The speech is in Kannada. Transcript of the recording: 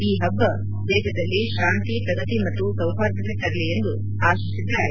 ಈ ಹಬ್ಬ ದೇಶದಲ್ಲಿ ಶಾಂತಿ ಪ್ರಗತಿ ಮತ್ತು ಸೌಪಾರ್ದತೆ ತರಲಿ ಎಂದು ಆಶಿಸಿದ್ದಾರೆ